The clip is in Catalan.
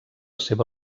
seva